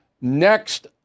next